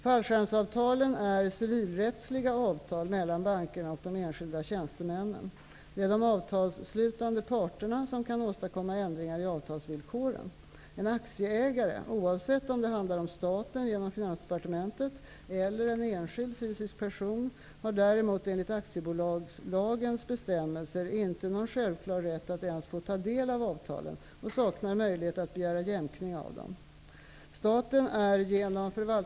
Fallskärmsavtalen är civilrättsliga avtal mellan bankerna och de enskilda tjänstemännen. Det är de avtalsslutande parterna som kan åstadkomma ändringar av avtalsvillkoren. En aktieägare, oavsett om det handlar om staten genom Finansdepartementet eller en enskild fysisk person, har däremot enligt aktiebolagslagens bestämmelser inte någon självklar rätt att ens få ta del av avtalen och saknar möjlighet att begära jämkning av dem.